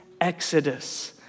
exodus